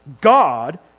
God